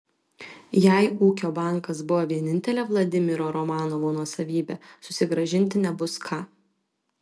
jei ūkio bankas buvo vienintelė vladimiro romanovo nuosavybė susigrąžinti nebus ką